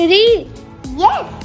Yes